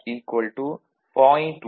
1 7